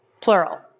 plural